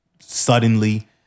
suddenly-